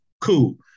Cool